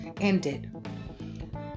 ended